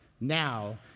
Now